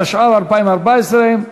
התשע"ב 2012,